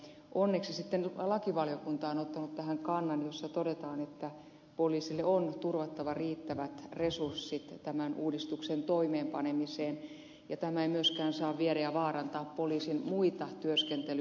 onneksi lakivaliokunta on ottanut tähän kannan jossa todetaan että poliisille on turvattava riittävät resurssit tämän uudistuksen toimeenpanemiseen ja tämä ei myöskään saa viedä ja vaarantaa poliisin muita työskentelyresursseja